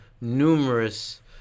numerous